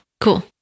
Cool